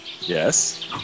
yes